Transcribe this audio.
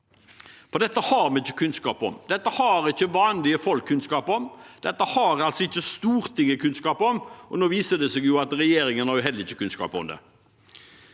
dette har vi ikke kunnskap om. Dette har ikke vanlige folk kunnskap om, dette har altså ikke Stortinget kunnskap om, og nå viser det seg at regjeringen heller ikke har kunnskap om det.